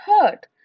hurt